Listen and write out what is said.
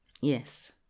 yes